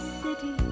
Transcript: city